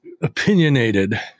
opinionated